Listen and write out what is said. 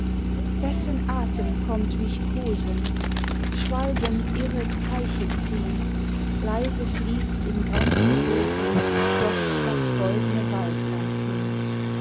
wessen atem kommt mich kosen schwalben irre zeichen ziehn leise fließt im grenzenlosen dort das goldne waldland hin